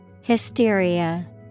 Hysteria